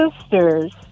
sisters